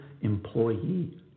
employee